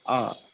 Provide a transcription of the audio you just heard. অঁ